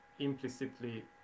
implicitly